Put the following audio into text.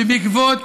ובעקבות